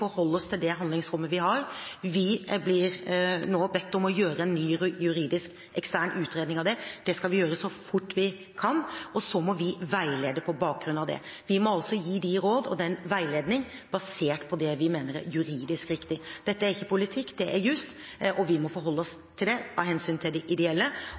forholde oss til det handlingsrommet vi har. Vi blir nå bedt om å innhente en ny ekstern juridisk utredning av det. Det skal vi gjøre så fort vi kan, og så må vi veilede på bakgrunn av det. Vi må altså gi råd og veiledning basert på det vi mener er juridisk riktig. Dette er ikke politikk, det er jus, og vi må forholde oss til det av hensyn til de ideelle,